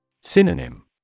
Synonym